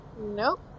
Nope